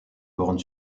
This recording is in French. borne